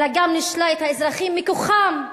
אלא גם נישלה את האזרחים מכוחם.